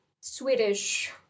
Swedish